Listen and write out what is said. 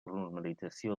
normalització